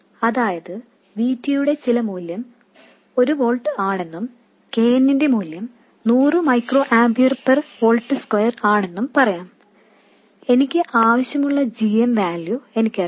അതായത് V T യുടെ ചില മൂല്യം 1 വോൾട്ട് ആണെന്നും K n ന്റെ മൂല്യം 100 micro ampere per volt square ആണെന്നും പറയാം എനിക്ക് ആവശ്യമുള്ള g m വാല്യൂ എനിക്കറിയാം